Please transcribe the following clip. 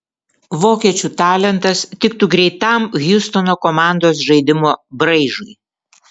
vokiečių talentas tiktų greitam hjustono komandos žaidimo braižui